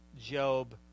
Job